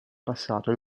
passato